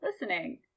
listening